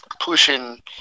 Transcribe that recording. pushing